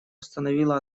установила